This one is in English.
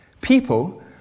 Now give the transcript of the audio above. people